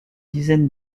dizaine